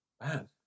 man